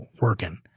working